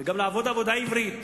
וגם לעבוד עבודה עברית.